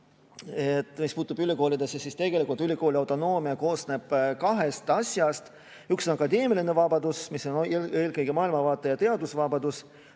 mis puutub ülikoolidesse, siis tegelikult ülikooli autonoomia koosneb kahest asjast. Üks on akadeemiline vabadus, mis on eelkõige maailmavaate- ja teadusvabadus,